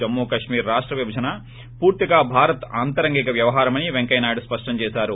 జమ్ముకశ్మీర్ రాష్ట విభజన పూర్తిగా భారత్ అంతరంగిక వ్యవహారమని పెంకయ్య నాయుడు స్పష్టం చేశారు